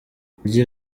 kurya